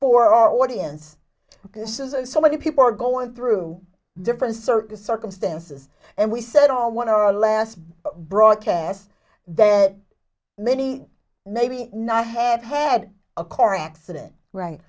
for our audience this isn't so many people are going through different circus circumstances and we said all what our last broadcast that many maybe not have had a car accident right